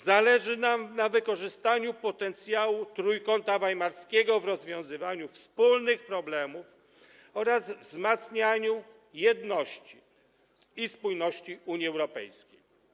Zależy nam na wykorzystaniu potencjału Trójkąta Weimarskiego w rozwiązywaniu wspólnych problemów oraz wzmacnianiu jedności i spójności Unii Europejskiej.